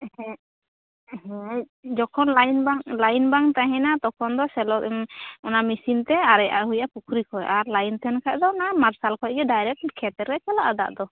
ᱦᱮᱸ ᱦᱮᱸ ᱡᱚᱠᱷᱚᱱ ᱞᱟᱹᱭᱤᱱ ᱵᱟᱝ ᱞᱟᱹᱭᱤᱱ ᱵᱟᱝ ᱛᱟᱦᱮᱱᱟ ᱛᱚᱠᱷᱚᱱ ᱫᱚ ᱥᱮᱞᱚ ᱚᱱᱟ ᱢᱤᱥᱤᱱ ᱛᱮ ᱟᱨᱮᱡᱼᱟᱜ ᱦᱩᱭᱩᱜᱼᱟ ᱯᱩᱠᱷᱨᱤ ᱠᱷᱚᱡ ᱟᱨ ᱞᱟᱹᱭᱤᱱ ᱛᱟᱦᱮᱱ ᱠᱷᱟᱡ ᱫᱚ ᱚᱱᱟ ᱢᱟᱨᱥᱟᱞ ᱠᱷᱚ ᱜᱮ ᱰᱟᱭᱨᱮᱴ ᱠᱷᱮᱛ ᱨᱮ ᱪᱟᱞᱟᱜᱼᱟ ᱫᱟᱜ ᱫᱚ